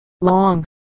long